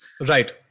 Right